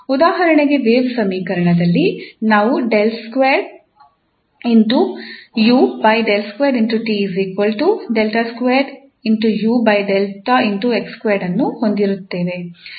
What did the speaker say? ಉದಾಹರಣೆಗೆ ವೇವ್ ಸಮೀಕರಣದಲ್ಲಿ ನಾವು ಅನ್ನು ಹೊಂದಿರುತ್ತೇವೆ